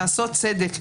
לעשות צדק,